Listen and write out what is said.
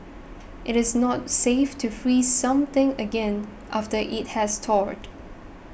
it is not safe to freeze something again after it has thawed